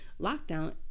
lockdown